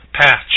patch